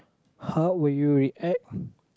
how would you react